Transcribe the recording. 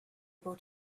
able